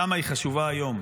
כמה היא חשובה היום,